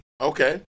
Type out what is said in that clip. Okay